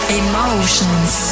emotions